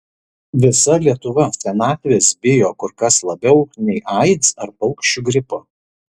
visa lietuva senatvės bijo kur kas labiau nei aids ar paukščių gripo